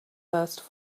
first